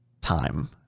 time